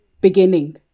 beginning